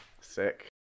Sick